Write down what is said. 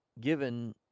given